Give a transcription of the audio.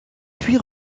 puis